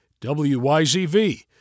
WYZV